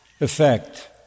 effect